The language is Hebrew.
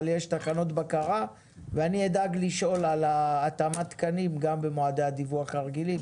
יש תקנות בקרה ואני אדאג לשאול על התאמת התקנים גם מעודי הדיווח הרגילים.